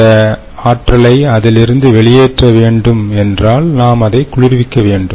இந்த ஆற்றலை அதிலிருந்து வெளியேற்ற வேண்டும் என்றால் நாம் அதை குளிர்விக்க வேண்டும்